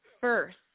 first